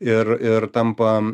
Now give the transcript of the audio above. ir ir tampa